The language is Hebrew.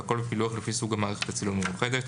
והכול בפילוח לפי סוג מערכת הצילום המיוחדת.